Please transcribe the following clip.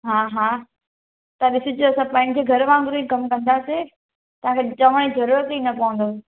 हा हा तव्हां ॾिसिजो असां पंहिंजे घरु वांगुर ई कम कंदासीं तव्हां खे चवण जी ज़रूरत ई न पवंदव